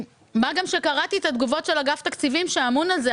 מה גם שקראתי את התגובות של אגף התקציבים שאמון על זה.